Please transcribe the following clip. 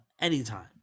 Anytime